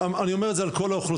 אני אומר את זה על כל האוכלוסיות,